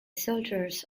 soldiers